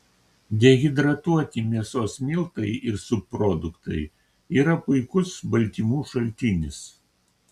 dehidratuoti mėsos miltai ir subproduktai yra puikus baltymų šaltinis